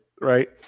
right